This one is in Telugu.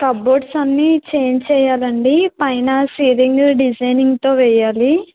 కబోర్డ్స్ అన్నీ చేంజ్ చెయ్యాలండి పైన సీలింగు డిజైనింగ్తో వెయ్యాలి